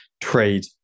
trade